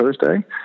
Thursday